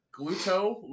gluto